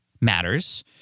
matters